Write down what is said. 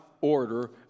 order